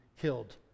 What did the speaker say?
killed